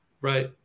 Right